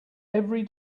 every